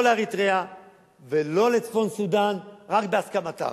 לא לאריתריאה ולא לצפון-סודן, רק בהסכמתם.